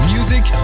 Music